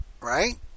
right